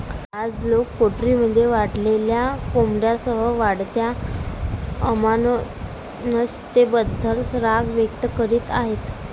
आज, लोक पोल्ट्रीमध्ये वाढलेल्या कोंबड्यांसह वाढत्या अमानुषतेबद्दल राग व्यक्त करीत आहेत